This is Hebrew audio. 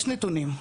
יש נתונים.